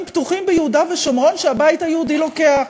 פתוחים ביהודה ושומרון שהבית היהודי לוקח.